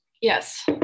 Yes